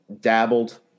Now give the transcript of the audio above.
dabbled